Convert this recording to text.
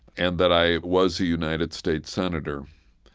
and that i was a united states senator.